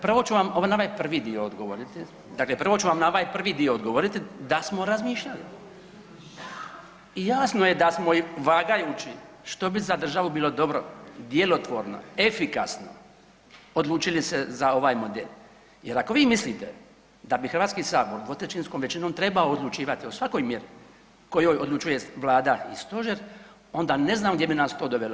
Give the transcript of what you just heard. Prvo ću vam na ovaj prvi dio odgovoriti, dakle prvo ću vam na ovaj prvi dio odgovoriti da smo razmišljali i jasno je da smo vagajući što bi za državu bilo dobro, djelotvorno, efikasno odlučili se za ovaj model jer ako vi mislite da bi HS dvotrećinskom većinom trebao odlučivati o svakoj mjeri o kojoj odlučuje Vlada i stožer onda ne znam gdje bi nas to dovelo.